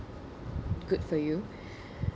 good for you